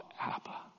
Abba